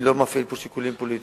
אני לא מפעיל פה שיקולים פוליטיים,